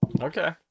Okay